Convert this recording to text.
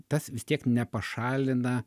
tas vis tiek nepašalina